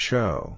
Show